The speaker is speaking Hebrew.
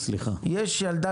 יש ילדה,